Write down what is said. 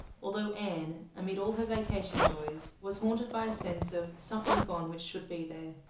although anne, amid all her vacation joys, was haunted by a sense of something gone which should be there.